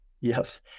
Yes